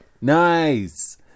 Nice